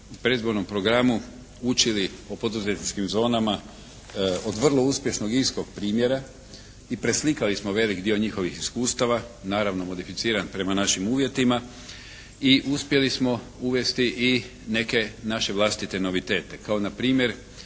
u predizbornom programu učili o poduzetničkim zonama od vrlo uspješnog irskog primjera i preslikali smo veliki dio njihovih iskustava naravno modificiran prema našim uvjetima i uspjeli smo uvesti i neke naše vlastite novitete, kao na primjer